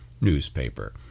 newspaper